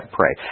pray